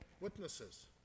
witnesses